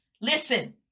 Listen